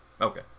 Okay